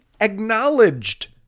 acknowledged